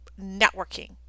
networking